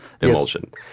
emulsion